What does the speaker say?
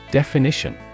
definition